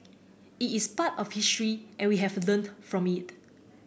it is part of history and we have learned from it